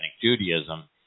Judaism